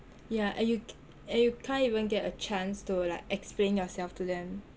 yah and you c~ and you can't even get a chance to like explain yourself to them